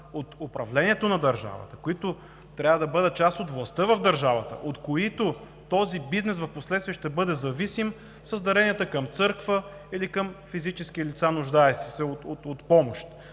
от управлението на държавата, които трябва да бъдат част от властта в държавата, от които този бизнес впоследствие ще бъде зависим, с даренията към църква или към физически лица, нуждаещи се от помощ.